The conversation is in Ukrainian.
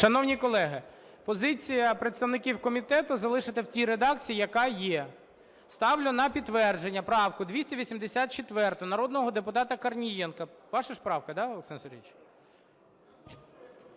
Шановні колеги, позиція представників комітету, залишити в тій редакції, яка є. Ставлю на підтвердження правку 284 народного депутата Корнієнка. Ваша ж правка, так, Олександр Сергійович?